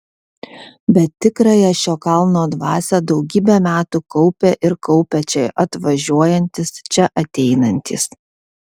bet tikrąją šio kalno dvasią daugybę metų kaupė ir kaupia čia atvažiuojantys čia ateinantys